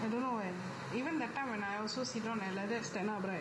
I don't know why even that time when I also sit down like that stand up right